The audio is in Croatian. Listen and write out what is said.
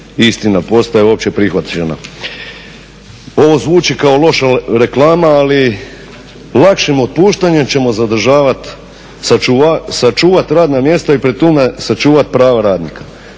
istina, postaje opće prihvaćena. Ovo zvuči kao loša reklama, ali lakšim otpuštanjem ćemo zadržavati sačuvati radna mjesta i pri tome sačuvati prava radnika.